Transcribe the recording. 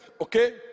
okay